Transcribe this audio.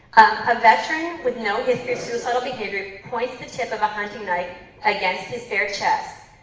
a veteran with no history of suicidal behavior points the tip of a hunting knife against his bare chest,